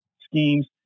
schemes